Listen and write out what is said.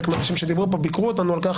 חלק מהאנשים שדיברו כאן ביקרו אותנו על כך